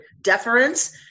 deference